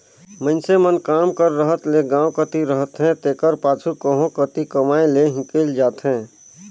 मइनसे मन काम कर रहत ले गाँव कती रहथें तेकर पाछू कहों कती कमाए लें हिंकेल जाथें